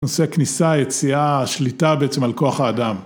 נושא כניסה, היציאה, השליטה בעצם על כוח האדם.